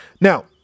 Now